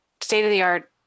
state-of-the-art